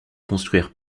construire